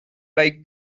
like